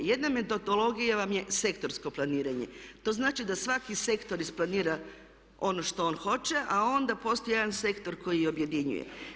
Jedna metodologija vam je sektorsko planiranje, to znači da svaki sektor isplanira ono što on hoće a onda postoji jedan sektor koji objedinjuje.